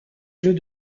jeux